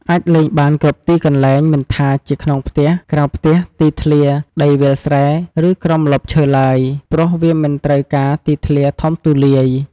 អាចលេងបានគ្រប់ទីកន្លែង មិនថាជាក្នុងផ្ទះ ក្រៅផ្ទះ ទីធ្លា ដីវាលស្រែ ឬក្រោមម្លប់ឈើឡើយ ព្រោះវាមិនត្រូវការទីធ្លាធំទូលាយ។